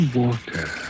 water